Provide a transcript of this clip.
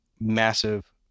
massive